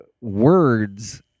words